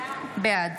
בעד